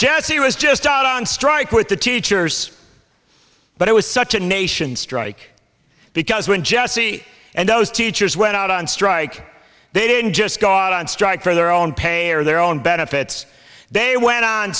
jesse was just out on strike with the teachers but it was such a nation strike because when jessie and those teachers went out on strike they didn't just got on strike for their own pay or their own benefits they went on